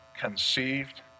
conceived